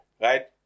Right